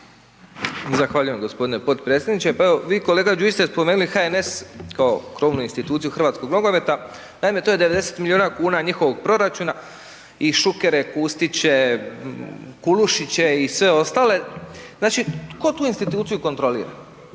Zahvaljujem gospodine potpredsjedniče. Pa evo vi kolega Đujić ste spomenuli HNS kao krovnu instituciju hrvatskog nogometa, naime to je 90 milijuna kuna njihovog proračuna i Šukere, Kustiće, Kulišiće i sve ostale. Znači tko tu instituciju kontrolira?